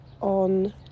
on